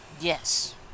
Yes